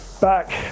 back